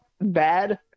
bad